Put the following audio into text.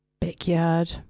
Backyard